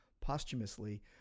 posthumously